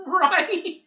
Right